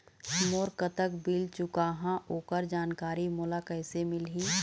मोर कतक बिल चुकाहां ओकर जानकारी मोला कैसे मिलही?